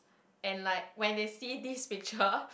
and like when they see these picture